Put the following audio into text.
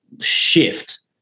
shift